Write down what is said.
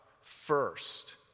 first